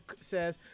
says